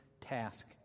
task